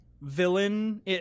villain